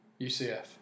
UCF